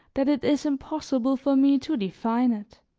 that it is impossible for me to define it.